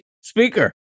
speaker